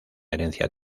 herencia